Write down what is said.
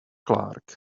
clark